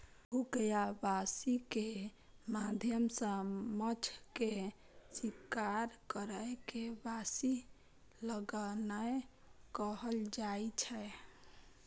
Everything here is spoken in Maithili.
हुक या बंसी के माध्यम सं माछ के शिकार करै के बंसी लगेनाय कहल जाइ छै